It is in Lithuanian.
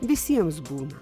visiems būna